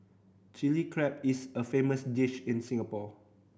Chilli Crab is a famous dish in Singapore